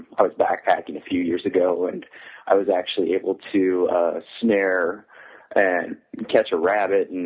i was backpacking a few years ago and i was actually able to snare and catch a rabbit, and